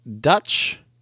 Dutch